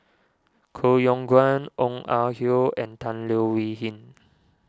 Koh Yong Guan Ong Ah Hoi and Tan Leo Wee Hin